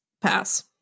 pass